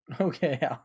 Okay